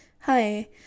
Hi